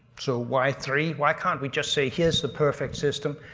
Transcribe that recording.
so why three? why can't we just say here's the perfect system?